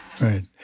right